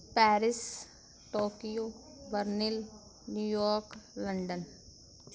Paris Tokyo Berlin New York London